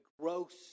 gross